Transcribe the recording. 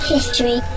History